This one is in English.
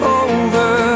over